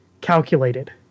calculated